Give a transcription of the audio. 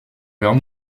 vers